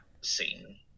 scene